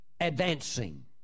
advancing